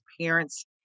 parents